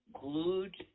glued